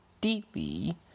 deeply